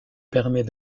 permet